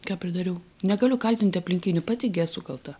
ką pridariau negaliu kaltinti aplinkinių pati gi esu kalta